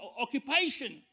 occupation